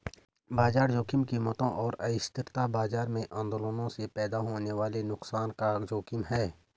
बाजार जोखिम कीमतों और अस्थिरता बाजार में आंदोलनों से पैदा होने वाले नुकसान का जोखिम है